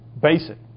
basic